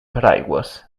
paraigües